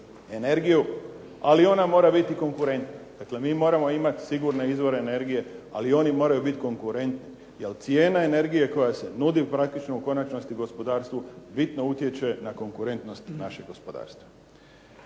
energiju, ali ona mora biti konkurentna. Dakle, mi moramo imati sigurne izvore energije, ali oni moraju biti konkurentni jer cijena energije koja se nudi praktično u konačnosti gospodarstvu bitno utječe na konkurentnost našeg gospodarstva.